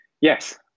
Yes